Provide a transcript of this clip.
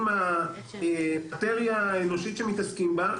עם המטריה האנושים שמתעסקים בה,